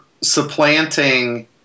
supplanting